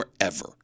forever